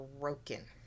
broken